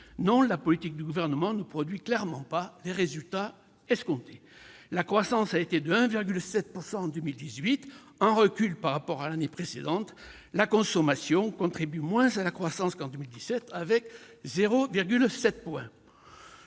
clair, la politique du Gouvernement ne produit pas les résultats escomptés ! La croissance a été de 1,7 % en 2018, en recul par rapport à l'année précédente. La consommation contribue moins à la croissance qu'en 2017, avec 0,7 point.